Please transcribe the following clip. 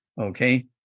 Okay